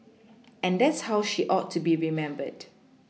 and that's how she ought to be remembered